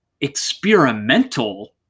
experimental